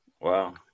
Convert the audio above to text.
Wow